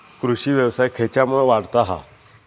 कृषीव्यवसाय खेच्यामुळे वाढता हा?